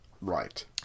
Right